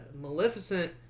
Maleficent